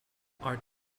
art